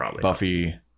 Buffy